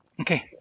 okay